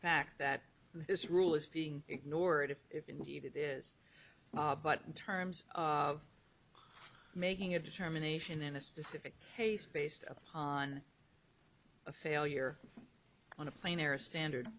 fact that this rule is being ignored if indeed it is but in terms of making a determination in a specific case based upon a failure on a plane or a standard